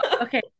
okay